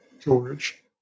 George